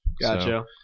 Gotcha